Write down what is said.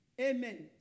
Amen